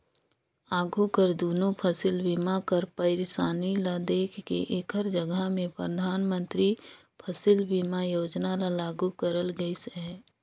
आघु कर दुनो फसिल बीमा कर पइरसानी ल देख के एकर जगहा में परधानमंतरी फसिल बीमा योजना ल लागू करल गइस अहे